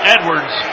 Edwards